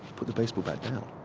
put the baseball bat down,